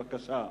בבקשה.